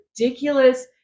ridiculous